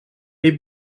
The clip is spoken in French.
est